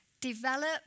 Develop